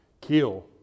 kill